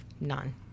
none